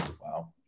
Wow